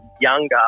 younger